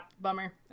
Bummer